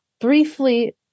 briefly